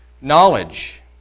Knowledge